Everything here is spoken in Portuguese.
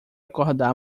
acordar